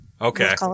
Okay